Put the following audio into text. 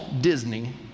Disney